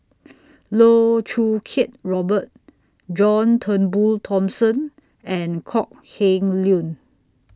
Loh Choo Kiat Robert John Turnbull Thomson and Kok Heng Leun